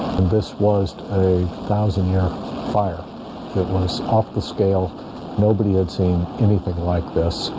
this was a thousand year fire it was off the scale nobody had seen anything like this.